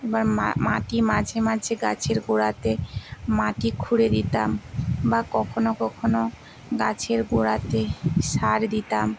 বা মাটি মাঝে মাঝে গাছের গোড়াতে মাটি খুঁড়ে দিতাম বা কখনও কখনও গাছের গোড়াতে সার দিতাম